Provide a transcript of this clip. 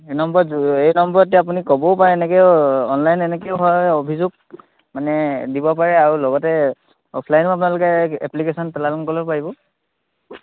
এই নম্বৰত এই নম্বৰত এয়া আপুনি ক'বও পাৰে এনেকৈও অনলাইন এনেকৈও হয় অভিযোগ মানে দিব পাৰে আৰু লগতে অফলাইনো আপোনালোকে এপ্লিকেশ্যন প্ৰেৰণ কৰিবলৈও পাৰিব